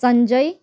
Sanjay